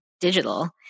digital